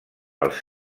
els